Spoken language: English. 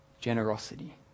Generosity